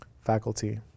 faculty